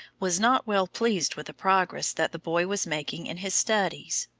was not well pleased with the progress that the boy was making in his studies.